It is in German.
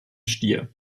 stier